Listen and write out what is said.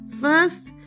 first